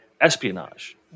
espionage